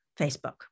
Facebook